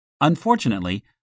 Unfortunately